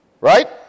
Right